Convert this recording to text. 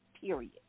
period